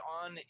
on